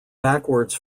backwards